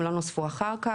הן לא נוספו אחר כך,